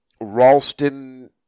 Ralston